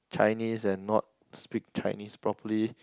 Chinese and not speak Chinese properly